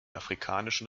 afrikanischen